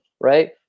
right